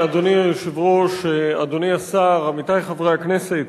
אדוני היושב-ראש, אדוני השר, עמיתי חברי הכנסת,